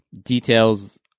Details